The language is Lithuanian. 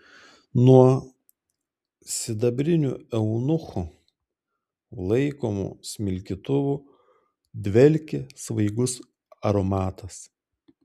nuo sidabrinių eunuchų laikomų smilkytuvų dvelkė svaigus aromatas